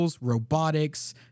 robotics